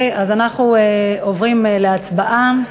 אנחנו עוברים להצבעה.